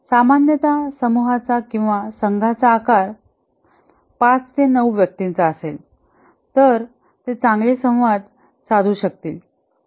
सामान्यत समूहाचा किंवा संघाचा आकार ५ ते ९ व्यक्तींचा असेल तर ते चांगले संवाद साधू शकतील